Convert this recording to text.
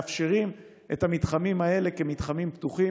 מאפשרים את המתחמים האלה כמתחמים פתוחים.